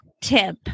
tip